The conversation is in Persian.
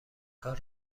کار